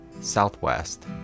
Southwest